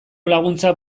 laguntzak